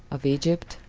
of egypt,